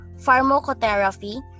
pharmacotherapy